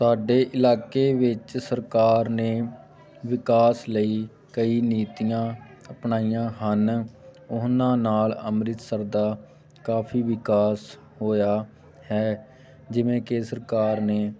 ਸਾਡੇ ਇਲਾਕੇ ਵਿੱਚ ਸਰਕਾਰ ਨੇ ਵਿਕਾਸ ਲਈ ਕਈ ਨੀਤੀਆਂ ਅਪਣਾਈਆਂ ਹਨ ਉਹਨਾਂ ਨਾਲ ਅੰਮ੍ਰਿਤਸਰ ਦਾ ਕਾਫ਼ੀ ਵਿਕਾਸ ਹੋਇਆ ਹੈ ਜਿਵੇਂ ਕਿ ਸਰਕਾਰ ਨੇ